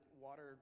water